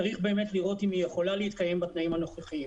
צריך באמת לראות אם היא יכולה להתקיים בתנאים הנוכחיים.